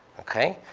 okay?